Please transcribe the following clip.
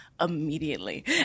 immediately